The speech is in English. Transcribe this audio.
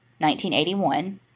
1981